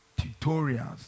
tutorials